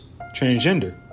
transgender